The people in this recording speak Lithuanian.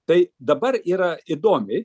tai dabar yra įdomiai